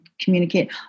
communicate